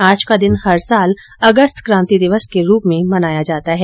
आज का दिन हर साल अगस्त क्रांति दिवस के रूप में मनाया जाता है